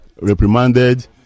reprimanded